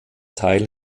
teil